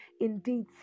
indeed